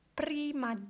prima